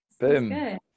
Boom